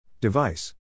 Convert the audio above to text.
Device